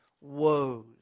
woes